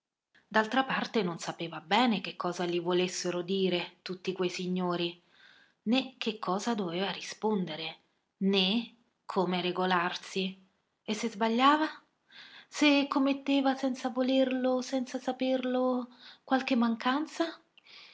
d'altra parte non sapeva bene che cosa gli volessero dire tutti quei signori né che cosa doveva rispondere né come regolarsi se sbagliava se commetteva senza volerlo senza saperlo qualche mancanza